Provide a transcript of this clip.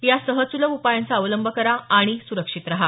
या सहज सुलभ उपायांचा अवलंब करा आणि सुरक्षित रहा